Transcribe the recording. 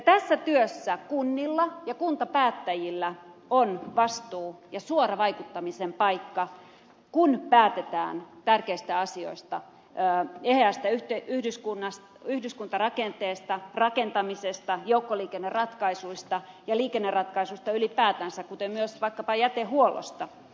tässä työssä kunnilla ja kuntapäättäjillä on vastuu ja suora vaikuttamisen paikka kun päätetään tärkeistä asioista eheästä yhdyskuntarakenteesta rakentamisesta joukkoliikenneratkaisuista ja liikenneratkaisuista ylipäätänsä kuten myös vaikkapa jätehuollosta